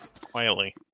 quietly